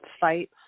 fight